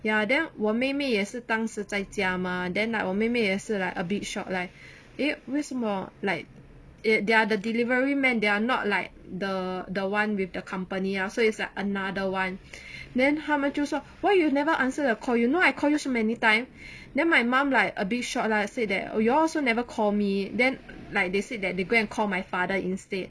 ya then 我妹妹也是当时在家 mah then like 我妹妹也是 like a bit shock like eh 为什么 like eh they are the delivery man they are not like the the one with the company ah so it's like another one then 他们就说 why you never answer the call you know I call you so many time then my mum like a bit shock lah said that oh you all also never call me then like they said that they go and call my father instead